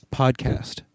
podcast